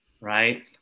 right